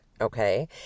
Okay